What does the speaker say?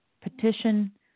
petition